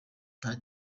nta